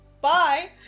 bye